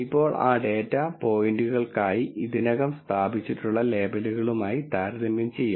ഇപ്പോൾ ആ ഡാറ്റ പോയിന്റുകൾക്കായി ഇതിനകം സ്ഥാപിച്ചിട്ടുള്ള ലേബലുകളുമായി താരതമ്യം ചെയ്യാം